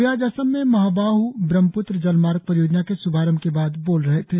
वे आज असम में महाबाह ब्रह्मप्त्र जलमार्ग परियोजना के श्भारंभ के बाद बोल रहे थे